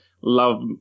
love